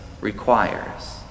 requires